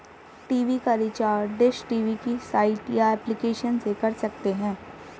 TV का recharge dish TV की site या एप्लीकेशन से कर सकते है